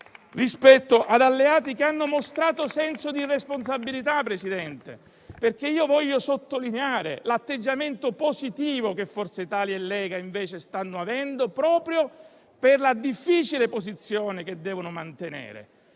ad alleati che hanno mostrato senso di responsabilità. Voglio sottolineare l'atteggiamento positivo che Forza Italia e Lega stanno avendo proprio per la difficile posizione che devono mantenere,